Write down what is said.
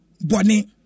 Bonnie